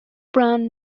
brand